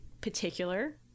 particular